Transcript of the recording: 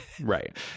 Right